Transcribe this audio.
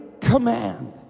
command